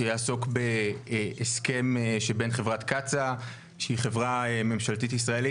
שיעסוק בהסכם שבין חברת קצא"א שהיא חברה ממשלתית ישראלית,